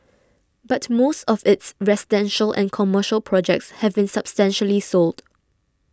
but most of its residential and commercial projects have been substantially sold